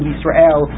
Israel